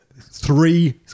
three